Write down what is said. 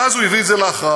ואז הוא הביא את זה להכרעה.